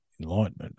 enlightenment